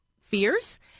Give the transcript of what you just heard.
fears